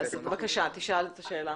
בבקשה, תשאל את השאלה.